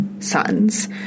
Sons